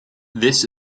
this